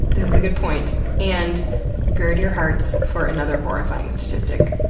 this is a good point, and gird your hearts for another horrifying statistic.